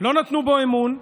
לא נתנו בו אמון,